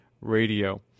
Radio